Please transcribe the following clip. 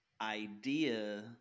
idea